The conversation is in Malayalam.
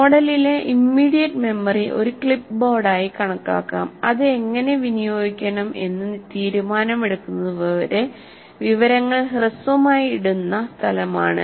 മോഡലിലെ ഇമ്മിഡിയറ്റ് മെമ്മറി ഒരു ക്ലിപ്പ്ബോർഡായി കണക്കാക്കാം അത് എങ്ങനെ വിനിയോഗിക്കണം എന്ന് തീരുമാനമെടുക്കുന്നതുവരെ വിവരങ്ങൾ ഹ്രസ്വമായി ഇടുന്ന സ്ഥലമാണ്